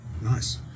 Nice